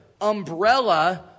umbrella